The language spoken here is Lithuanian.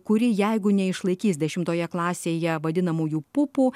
kuri jeigu neišlaikys dešimtoje klasėje vadinamųjų pupų